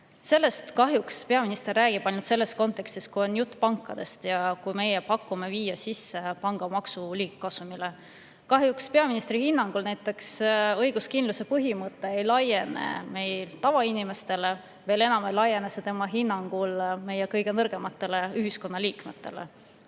ta kahjuks ainult selles kontekstis, kui on jutt pankadest ja kui meie pakume viia sisse pangamaks liigkasumile. Kahjuks peaministri hinnangul näiteks õiguskindluse põhimõte ei laiene meil tavainimestele, veel enam: see ei laiene tema hinnangul meie kõige nõrgematele ühiskonnaliikmetele.